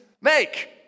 make